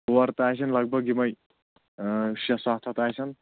ژور تَہہ آسَن لگ بگ یِمَے شےٚ سَتھ ہَتھ آسَن